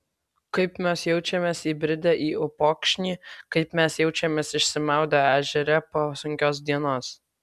kaip mes jaučiamės įbridę į upokšnį kaip mes jaučiamės išsimaudę ežere po sunkios dienos